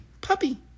Puppy